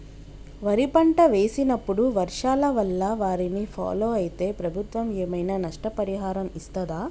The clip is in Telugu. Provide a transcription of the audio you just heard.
వరి పంట వేసినప్పుడు వర్షాల వల్ల వారిని ఫాలో అయితే ప్రభుత్వం ఏమైనా నష్టపరిహారం ఇస్తదా?